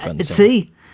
See